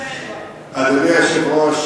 אדוני היושב-ראש,